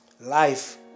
life